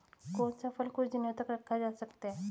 कौन सा फल कुछ दिनों तक रखा जा सकता है?